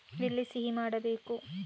ಎಲ್ಲಿ ಸಹಿ ಮಾಡಬೇಕು?